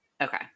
okay